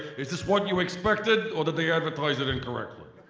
is this what you expected or did they advertise it incorrectly?